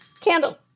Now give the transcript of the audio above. Candle